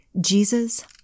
Jesus